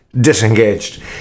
disengaged